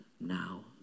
now